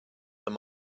them